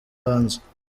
hanze